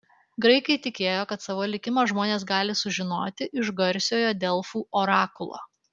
graikai tikėjo kad savo likimą žmonės gali sužinoti iš garsiojo delfų orakulo